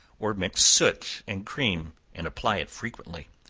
or mix soot and cream, and apply it frequently